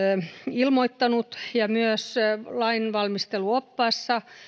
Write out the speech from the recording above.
ilmoittanut myös lainvalmisteluoppaassa